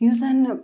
یُس زَنہٕ